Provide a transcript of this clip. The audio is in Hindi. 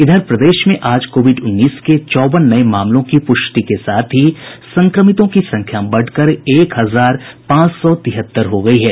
इधर प्रदेश में आज कोविड उन्नीस के चौवन नये मामलों की पुष्टि के साथ ही संक्रमितों की संख्या बढ़कर एक हजार पांच सौ तिहत्तर हो गयी है